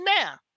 now